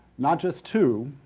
not just two,